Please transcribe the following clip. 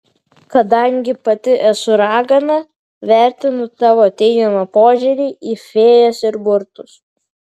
kadangi pati esu ragana vertinu tavo teigiamą požiūrį į fėjas ir burtus